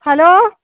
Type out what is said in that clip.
hello